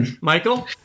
Michael